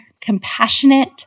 compassionate